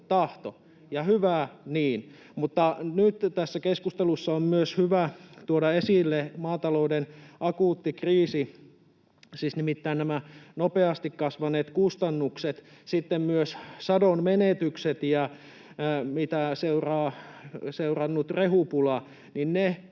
Mutta nyt tässä keskustelussa on hyvä tuoda esille myös maatalouden akuutti kriisi, nimittäin nämä nopeasti kasvaneet kustannukset, sitten myös sadon menetykset ja sitä seurannut rehupula